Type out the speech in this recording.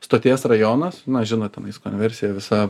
stoties rajonas na žinot tenais konversija visa